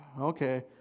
okay